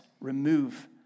remove